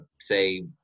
say